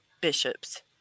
bishops